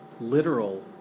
literal